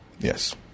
Yes